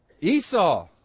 Esau